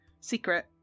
secret